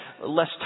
less